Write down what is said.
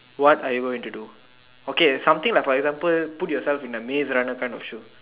what are you going to do okay something like for example put yourself in a maze runner kind of shoe